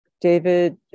David